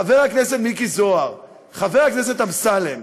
חבר הכנסת מיקי זוהר, חבר הכנסת אמסלם,